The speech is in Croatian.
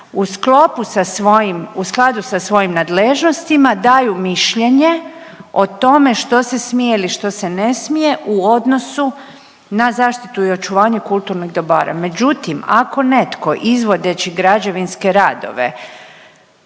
u skladu sa svojim nadležnostima daju mišljenje o tome što se smije ili što se ne smije u odnosu na zaštitu i očuvanje kulturnih dobara. Međutim ako netko izvodeći građevinske radove